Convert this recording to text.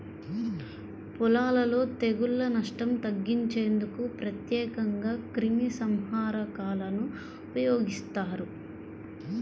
పొలాలలో తెగుళ్ల నష్టం తగ్గించేందుకు ప్రత్యేకంగా క్రిమిసంహారకాలను ఉపయోగిస్తారు